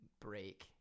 break